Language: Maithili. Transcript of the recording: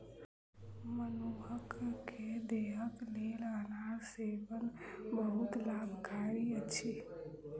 मनुख के देहक लेल अनार सेवन बहुत लाभकारी अछि